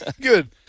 good